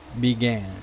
began